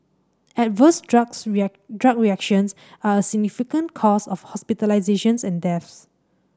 adverse drugs drug reactions are a significant cause of hospitalisations and deaths